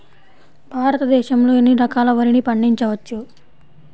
భారతదేశంలో ఎన్ని రకాల వరిని పండించవచ్చు